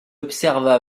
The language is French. observa